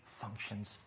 functions